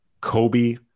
Kobe